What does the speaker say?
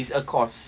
it's a course